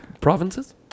Provinces